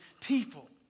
people